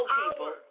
people